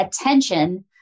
attention